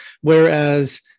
whereas